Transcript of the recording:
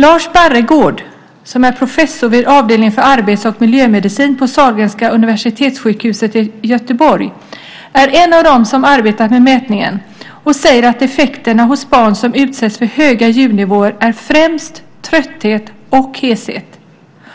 Lars Barregård, professor vid avdelningen för arbets och miljömedicin på Sahlgrenska universitetssjukhuset i Göteborg och en av dem som arbetat med mätningen, säger att effekterna hos barn som utsätts för höga ljudnivåer främst är trötthet och heshet.